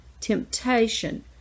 temptation